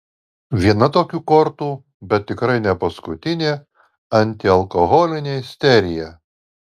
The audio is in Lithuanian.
viena tokių kortų bet tikrai ne paskutinė antialkoholinė isterija